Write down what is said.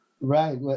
Right